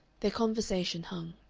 their conversation hung.